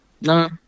No